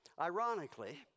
ironically